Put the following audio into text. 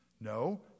No